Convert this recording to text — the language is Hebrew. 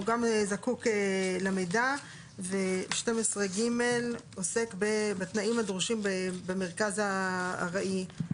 הוא גם זקוק למידע ו-12ג עוסק בתנאים הדרושים במרכז הארעי,